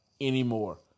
anymore